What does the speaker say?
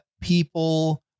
people